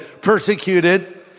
persecuted